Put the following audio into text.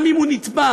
גם אם הוא נתבע,